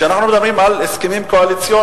כשאנחנו מדברים על הסכמים קואליציוניים,